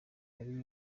yari